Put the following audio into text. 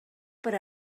per